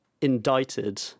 indicted